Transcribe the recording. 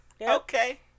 Okay